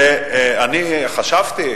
בעבר חשבתי,